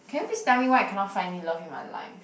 can you please tell me why I cannot find any love in my life